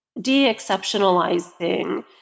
de-exceptionalizing